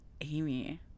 Amy